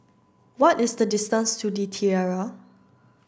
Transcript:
what is the distance to The Tiara